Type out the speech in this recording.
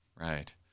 right